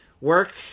work